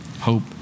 Hope